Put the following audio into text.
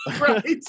right